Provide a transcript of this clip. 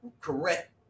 correct